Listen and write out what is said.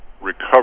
recover